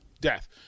Death